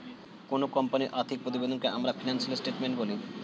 কোনো কোম্পানির আর্থিক প্রতিবেদনকে আমরা ফিনান্সিয়াল স্টেটমেন্ট বলি